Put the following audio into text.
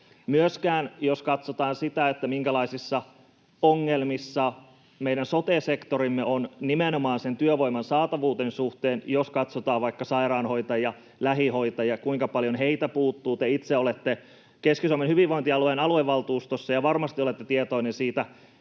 Myöskin jos katsotaan sitä, minkälaisissa ongelmissa meidän sote-sektorimme on nimenomaan työvoiman saatavuuden suhteen, jos katsotaan vaikka sairaanhoitajia, lähihoitajia, sitä, kuinka paljon heitä puuttuu — te itse olette Keski-Suomen hyvinvointialueen aluevaltuustossa ja varmasti olette tietoinen siitä